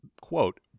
quote